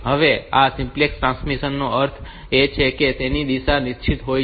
હવે આ simplex transmission નો અર્થ એ છે કે તેની દિશા નિશ્ચિત હોય છે